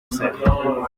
cère